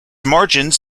margins